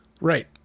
right